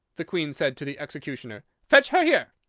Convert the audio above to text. the queen said to the executioner fetch her here.